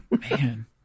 Man